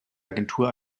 agentur